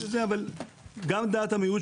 אבל הזכירו כאן את הייבום ואת רחל שאמרה,